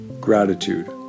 gratitude